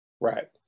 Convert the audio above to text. Right